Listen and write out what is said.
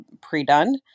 pre-done